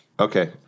Okay